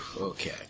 Okay